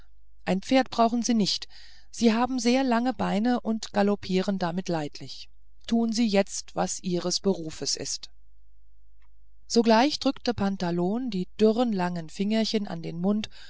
ein pferd brauchen sie nicht sie haben sehr lange beine und galoppieren damit leidlich tun sie jetzt was ihres berufs ist sogleich drückte pantalon die dürren langen fingerchen an den mund